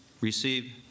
receive